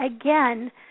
again